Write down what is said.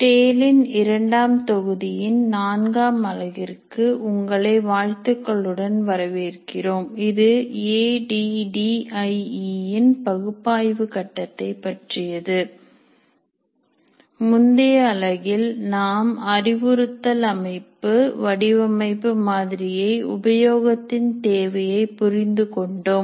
டேலின் இரண்டாம் தொகுதியின் நான்காம் அலகிற்கு உங்களை வாழ்த்துக்களுடன் வரவேற்கிறோம் இது A D D I E இன் பகுப்பாய்வு கட்டத்தை பற்றியது முந்தைய அலகில் நாம் அறிவுறுத்தல் அமைப்பு வடிவமைப்பு மாதிரியை உபயோகத்தின் தேவையை புரிந்து கொண்டோம்